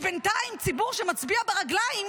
בינתיים הציבור שמצביע ברגליים,